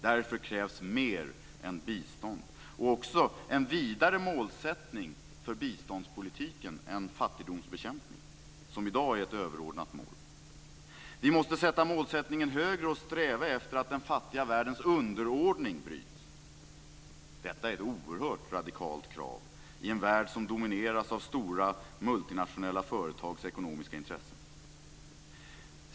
Därför krävs mer än bistånd, och också en vidare målsättning för biståndspolitiken än fattigdomsbekämpning, som i dag är ett överordnat mål. Vi måste sätta målsättningen högre och sträva efter att den fattiga världens underordning bryts. Detta är ett oerhört radikalt krav i en värld som domineras av stora multinationella företags ekonomiska intressen.